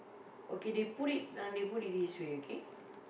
okay they put it they put it this way okay